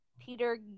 Peter